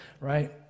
right